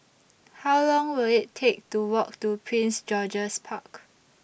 How Long Will IT Take to Walk to Prince George's Park